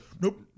Nope